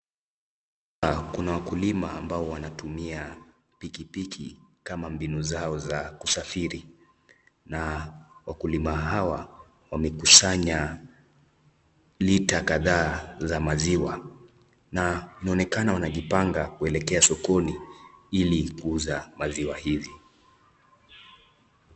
Kuna wakulima ambao wanatumia pikipiki kama mbinu zao za usafiri, na wakulima hawa wamekusanya lita kadhaa za maziwa na inaonekana wanajipanga kuelekea sokoni, ili kuuza maziwa hizi.